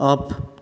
off